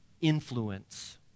influence